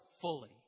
fully